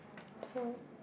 so